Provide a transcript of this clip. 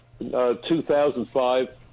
2005